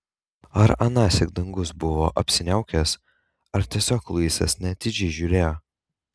ar anąsyk dangus buvo apsiniaukęs ar tiesiog luisas neatidžiai žiūrėjo